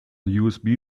usb